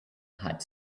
had